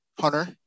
Hunter